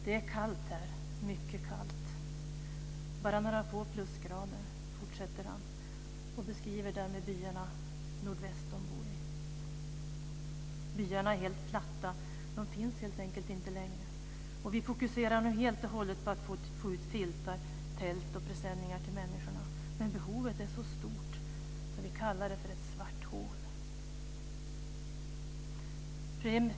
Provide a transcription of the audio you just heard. Det är kallt här, mycket kallt, bara några få plusgrader, fortsätter han och beskriver därmed byarna nordväst om Bhuj. Byarna är helt platta. De finns helt enkelt inte längre. Vi fokuserar nu helt och hållet på att få ut filtar, tält och presenningar till människorna. Men behovet är så stort att vi kallar det för ett svart hål.